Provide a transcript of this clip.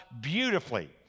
beautifully